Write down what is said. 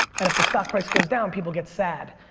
and if the stock price goes down people get sad.